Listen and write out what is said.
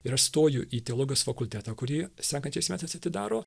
ir aš stoju į teologijos fakultetą kurį sekančiais metais atidaro